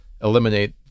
eliminate